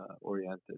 oriented